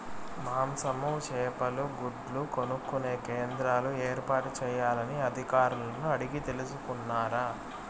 మాంసము, చేపలు, గుడ్లు కొనుక్కొనే కేంద్రాలు ఏర్పాటు చేయాలని అధికారులను అడిగి తెలుసుకున్నారా?